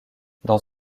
dans